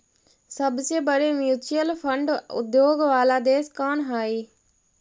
सबसे बड़े mutual fund उद्योग वाला देश कौन हई